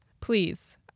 Please